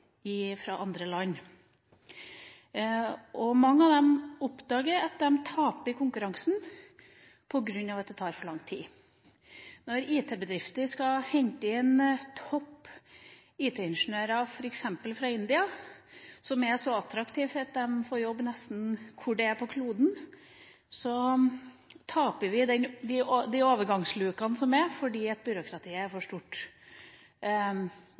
fra andre land. Mange av dem oppdager at de taper i konkurransen på grunn av at det tar for lang tid. Når IT-bedrifter skal hente inn topp IT-ingeniører, f.eks. fra India, som er så attraktive at de får jobb nesten hvor det skulle være på kloden, taper vi de overgangslukene som er, fordi byråkratiet er for stort,